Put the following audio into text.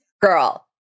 Girl